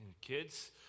Kids